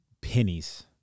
pennies